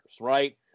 right